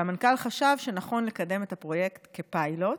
והמנכ"ל חשב שנכון לקדם את הפרויקט כפיילוט,